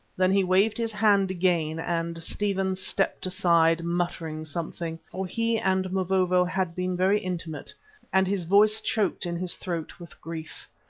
then he waved his hand again, and stephen stepped aside muttering something, for he and mavovo had been very intimate and his voice choked in his throat with grief.